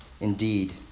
Indeed